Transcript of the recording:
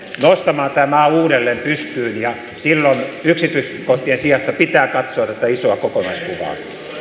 nostamaan tämä maa uudelleen pystyyn ja silloin yksityiskohtien sijasta pitää katsoa tätä isoa kokonaiskuvaa